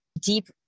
deep